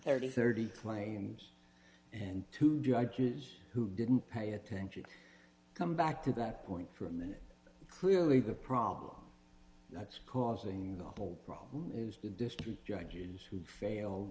and thirty claims and two judges who didn't pay attention come back to that point for a minute clearly the problem that's causing the whole problem is the district judges who fail